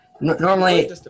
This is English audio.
normally